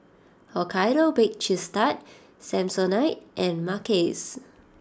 Hokkaido Baked Cheese Tart Samsonite and Mackays